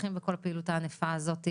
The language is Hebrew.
שתומכים בכל הפעילות הענפה הזו.